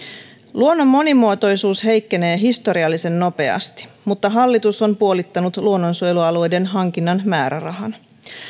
luonnon monimuotoisuus heikkenee historiallisen nopeasti mutta hallitus on puolittanut luonnonsuojelualueiden hankinnan määrärahan